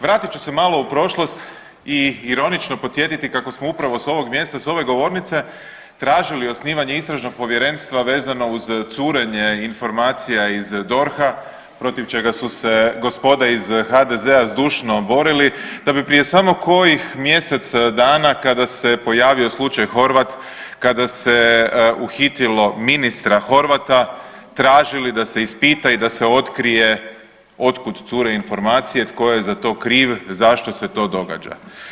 Vratit ću se malo u prošlost i ironično podsjetiti kako smo upravo s ovog mjesta, s ove govornice tražili osnivanje istražnog povjerenstva vezano uz curenje informacija iz DORH-a protiv čega su se gospoda iz HDZ-a zdušno borili da bi prije samo kojih mjesec dana kada se pojavio slučaj Horvat, kada se uhitilo ministra Horvata tražili da se ispita i da se otkrije otkuda cure informacije, tko je za to kriv, zašto se to događa.